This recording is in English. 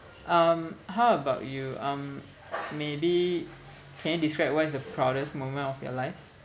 um how about you um maybe can you describe what is the proudest moment of your life